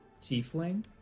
tiefling